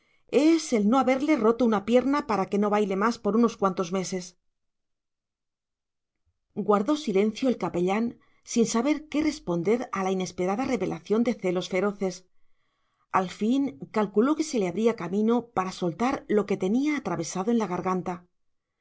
es el de no haberle roto una pierna para que no baile más por unos cuantos meses guardó silencio el capellán sin saber qué responder a la inesperada revelación de celos feroces al fin calculó que se le abría camino para soltar lo que tenía atravesado en la garganta